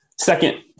Second